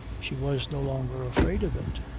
she was no longer afraid of it.